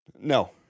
No